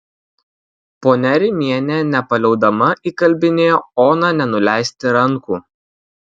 ponia rimienė nepaliaudama įkalbinėjo oną nenuleisti rankų